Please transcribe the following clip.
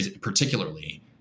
particularly